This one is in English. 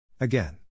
Again